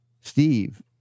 Steve